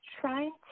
trying